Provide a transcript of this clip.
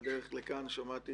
בדרך לכאן שמעתי